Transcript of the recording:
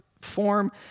form